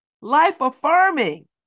life-affirming